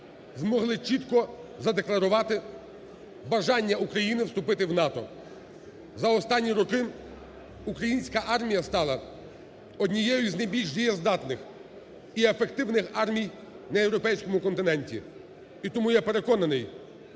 змогли чітко задекларувати бажання України вступити в НАТО. За останні роки українська армія стала однією з найбільш дієздатних і ефективних армій на європейському континенті. І тому, я переконаний,